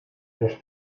los